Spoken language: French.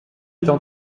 étant